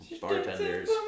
bartenders